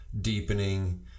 deepening